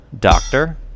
doctor